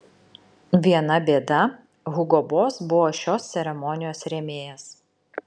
viena bėda hugo boss buvo šios ceremonijos rėmėjas